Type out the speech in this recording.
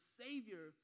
savior